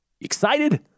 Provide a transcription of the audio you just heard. Excited